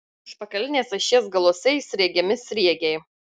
užpakalinės ašies galuose įsriegiami sriegiai